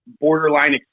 Borderline